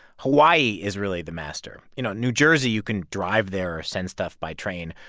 hawaii is really the master. you know, new jersey, you can drive there or send stuff by train.